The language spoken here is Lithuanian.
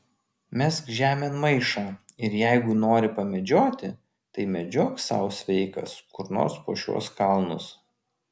mesk žemėn maišą ir jeigu nori pamedžioti tai medžiok sau sveikas kur nors po šiuos kalnus